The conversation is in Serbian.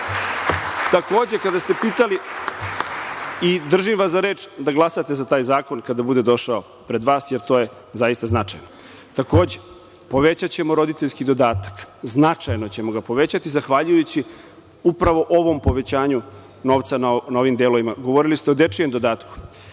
bilo. Takođe, kada ste pitali i držim vas za reč da glasate za taj zakon kada bude došao pred vas, jer to je zaista značajno. Povećaćemo roditeljski dodatak, značajno ćemo ga povećati zahvaljujući upravo ovom povećanju novca na ovim delovima. Govorili ste o dečijem dodatku.